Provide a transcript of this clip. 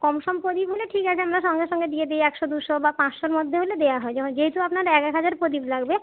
কম সম প্রদীপ হলে ঠিক আছে আমরা সঙ্গে সঙ্গে দিয়ে দিই একশো দুশো বা পাঁচশোর মধ্যে হলে দেওয়া হয় এবার যেহেতু আপনার এক হাজার প্রদীপ লাগবে